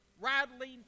rattling